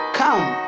come